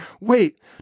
Wait